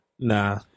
nah